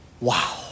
Wow